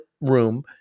room